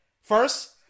First